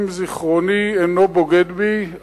אם זיכרוני אינו בוגד בי,